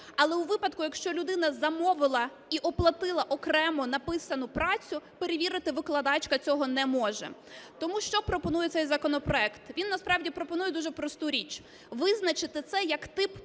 але у випадку, якщо людина замовила і оплатила окремо написану працю, перевірити викладачка цього не може. Тому що пропонує цей законопроект? Він насправді пропонує дуже просту річ: визначити це як тип порушення